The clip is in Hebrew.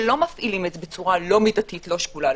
שלא מפעילים את זה בצורה לא מידתית ולא שקולה.